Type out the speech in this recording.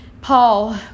Paul